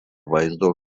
vaizdo